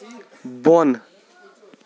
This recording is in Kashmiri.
بۄن